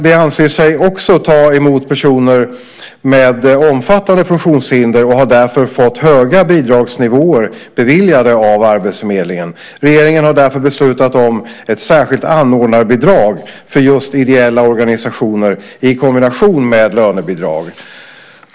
De anser sig också ta emot personer med omfattande funktionshinder och har därför fått höga bidragsnivåer beviljade av arbetsförmedlingen. Regeringen har därför beslutat om ett särskilt anordnarbidrag för just ideella organisationer i kombination med lönebidrag.